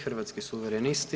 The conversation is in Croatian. Hrvatski suverenisti.